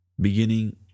beginning